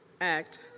act